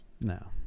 no